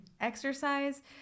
exercise